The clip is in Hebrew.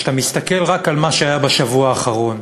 כשאתה מסתכל רק על מה שהיה בשבוע האחרון,